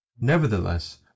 Nevertheless